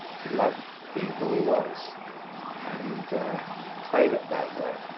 he loved being who he was and played it that way.